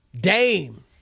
Dame